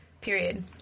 period